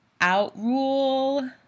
outrule